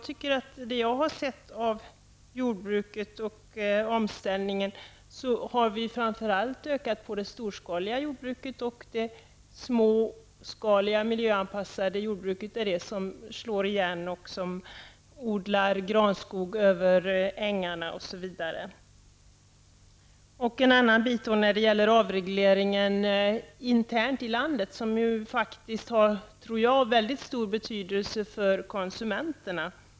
Såvitt jag har sett vad gäller omställningen av jordbruket har vi framför allt utökat det storskaliga jordbruket, medan det småskaliga miljöanpassade jordbruket får slå igen, övergå till att odla granskog på ängarna osv. Jag vill också peka på en annan del av avregleringen, som internt i vårt land har stor betydelse för konsumenterna.